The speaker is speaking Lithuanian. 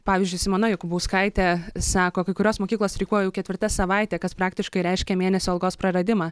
pavyzdžiui simona jakubauskaitė sako kai kurios mokyklos streikuoja jau ketvirta savaitė kas praktiškai reiškia mėnesio algos praradimą